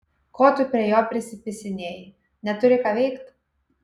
ko tu prie jo prisipisinėji neturi ką veikt